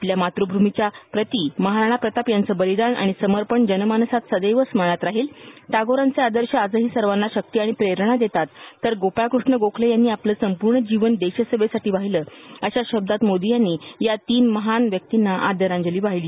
आपल्या मातृभूमीच्या प्रति महाराणा प्रताप यांचं बलिदान आणि समर्पण जनमाणसात सदैव स्मरणात राहील टागोरांचे आदशं आजही सर्वांना शक्ती आणि प्रेरणा देतात तर कृष्ण गोखले यांनी आपलं संपूर्ण जीवन देशसेवेसाठी वाहिलं अशा शब्दात मोदी यांनी या तीन महनीय व्यक्तिंना आदरांजली वाहिली